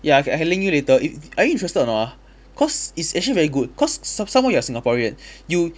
ya I c~ can link you later you are you interested or not ah cause it's actually very good cause s~ some more you're singaporean you